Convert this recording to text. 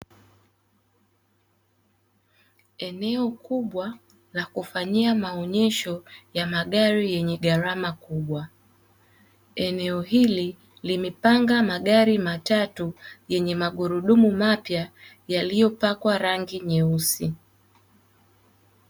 Eneo kubwa la kufanyia maonyesho ya magari yenye gharama kubwa. Eneo hili yamepangwa magari matatu, yenye magurudumu mapya yaliyopakwa rangi nyeusi.